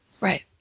Right